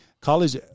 college